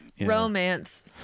romance